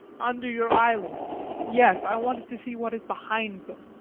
under your eyelids yes, i wanted to see what is behind them.